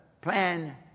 plan